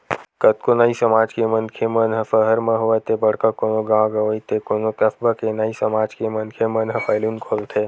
कतको नाई समाज के मनखे मन ह सहर म होवय ते बड़का कोनो गाँव गंवई ते कोनो कस्बा के नाई समाज के मनखे मन ह सैलून खोलथे